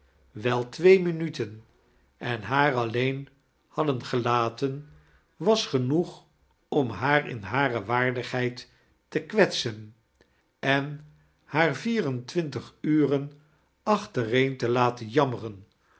wel twee minuten en haar alleen hadden gelaten was genoeg om haar in hare waardigheid te kwetsen en haar vier charles dickens en twintig uren achtereen to laten jammeiren